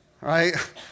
right